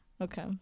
okay